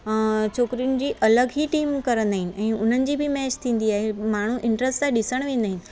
अ छोकिरियुनि जूं बि अलॻि ई टीम करंदा आहिनि ऐं हुनजी बि मैच थींदी आहे माण्हूं इंट्रेस्ट सां ॾिसण वेंदा आहिनि